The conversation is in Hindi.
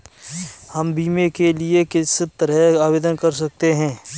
हम बीमे के लिए किस तरह आवेदन कर सकते हैं?